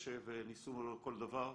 קשה וניסו כל דבר.